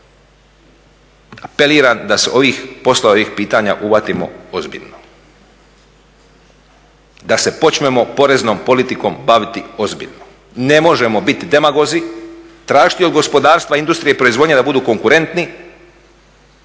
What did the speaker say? Apeliram da se poslovi ovih pitanje uhvatimo ozbiljno, da se počnemo poreznom politikom baviti ozbiljno. Ne možemo biti demagozi, tražiti od gospodarstva, i industrije, i proizvodnje da budu konkurentni